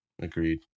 Agreed